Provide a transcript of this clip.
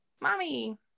mommy